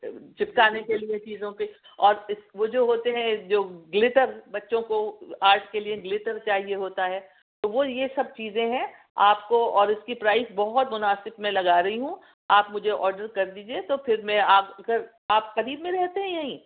چپکانے کے لئے چیزوں کے اور اس وہ جو ہوتے ہیں جو گلیٹر بچوں کو آرٹ کے لئے ایک گلیٹر چاہئے ہوتا ہے تو وہ یہ سب چیزیں ہیں آپ کو اور اس کی پرائز بہت مناسب میں لگا رہی ہوں آپ مجھے آرڈر کر دیجئے تو پھر میں آ کر آپ قریب میں رہتے ہیں یہیں